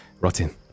rotten